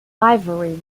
ivory